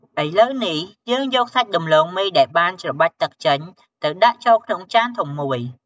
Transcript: ឥឡូវនេះ យើងយកសាច់ដំឡូងមីដែលបានច្របាច់ទឹកចេញ ទៅដាក់ចូលក្នុងចានធំមួយ។